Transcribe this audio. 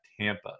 Tampa